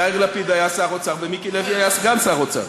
יאיר לפיד היה שר האוצר ומיקי לוי היה סגן שר האוצר.